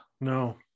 No